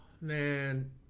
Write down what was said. Man